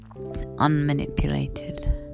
unmanipulated